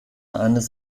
eines